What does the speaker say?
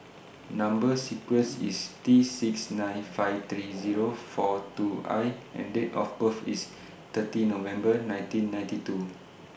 Number sequence IS T six nine five three Zero four two I and Date of birth IS thirty November nineteen ninety two